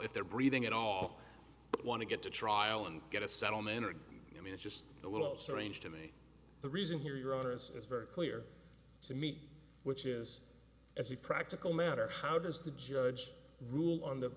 if they're breathing at all want to get to trial and get a subtle manner i mean it's just a little strange to me the reason here your honour's is very clear to me which is as a practical matter how does the judge rule on the